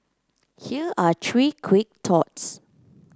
here are three quick thoughts